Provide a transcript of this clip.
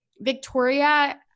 Victoria